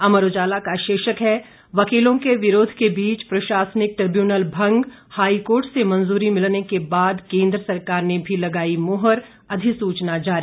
अमर उजाला का शीर्षक है वकीलों के विरोध के बीच प्रशासनिक ट्रिब्यूनल भंग हाईकोर्ट से मंजूरी मिलने के बाद केंद्र सरकार ने भी लगाई मुहर अधिसूचना जारी